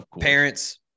Parents